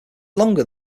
longer